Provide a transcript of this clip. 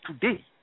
today